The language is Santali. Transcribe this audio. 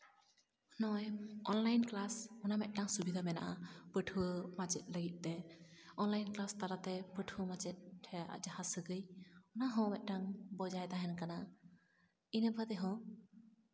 ᱱᱚᱜᱼᱚᱭ ᱚᱱᱞᱟᱭᱤᱱ ᱠᱞᱟᱥ ᱚᱱᱟ ᱢᱤᱫᱴᱟᱱ ᱥᱩᱵᱤᱫᱷᱟ ᱢᱮᱱᱟᱜᱼᱟ ᱯᱟᱹᱴᱷᱩᱣᱟᱹ ᱢᱟᱪᱮᱫ ᱞᱟᱹᱜᱤᱫ ᱛᱮ ᱚᱱᱞᱟᱭᱤᱱ ᱠᱞᱟᱥ ᱛᱟᱞᱟᱛᱮ ᱯᱟᱹᱴᱷᱩᱣᱟᱹ ᱢᱟᱪᱮᱫ ᱨᱮᱱᱟᱜ ᱡᱟᱦᱟᱸ ᱥᱟᱹᱜᱟᱹᱭ ᱚᱱᱟ ᱦᱚᱸ ᱢᱤᱫᱴᱟᱱ ᱵᱚᱡᱟᱭ ᱛᱟᱦᱮᱱ ᱠᱟᱱᱟ ᱤᱱᱟᱹ ᱠᱟᱛᱮᱫ ᱦᱚᱸ